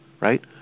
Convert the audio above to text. right